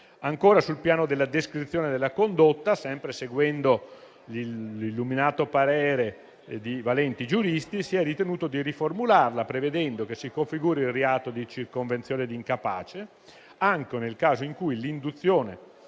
Ancora, sul piano della descrizione della condotta, sempre seguendo l'illuminato parere di valenti giuristi, si è ritenuto di riformulare, prevedendo che si configura il reato di circonvenzione di incapace anche nel caso in cui l'induzione